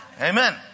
Amen